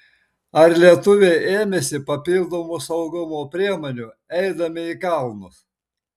ar lietuviai ėmėsi papildomų saugumo priemonių eidami į kalnus